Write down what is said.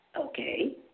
okay